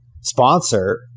sponsor